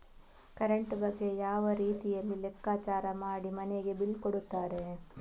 Current ಬಗ್ಗೆ ಯಾವ ರೀತಿಯಲ್ಲಿ ಲೆಕ್ಕಚಾರ ಮಾಡಿ ಮನೆಗೆ ಬಿಲ್ ಕೊಡುತ್ತಾರೆ?